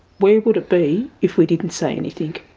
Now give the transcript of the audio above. where would it be if we didn't say anything,